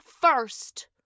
first